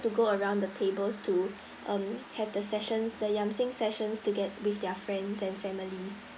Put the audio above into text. to go around the tables to um have the sessions the yam seng sessions to get with their friends and family